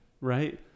right